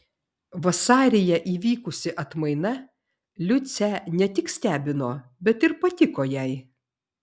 vasaryje įvykusi atmaina liucę ne tik stebino bet ir patiko jai